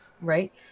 Right